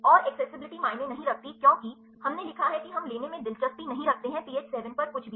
और एक्सेसिबिलिटी मायने नहीं रखती क्योंकि हमने लिखा है कि हमलेने में दिलचस्पी नहीं रखते हैं पीएच 7 पर कुछ भी